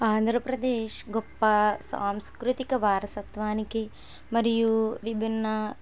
ఆంధ్రప్రదేశ్ గొప్ప సాంస్కృతిక వారసత్వానికి మరియు విభిన్న